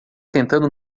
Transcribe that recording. tentando